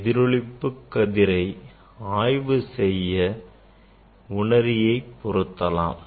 எதிரொளிப்பு கதிரை ஆய்வு செய்ய உணரியை பொருத்தலாம்